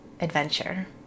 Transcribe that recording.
adventure